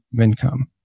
income